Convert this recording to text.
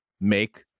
make